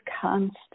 constant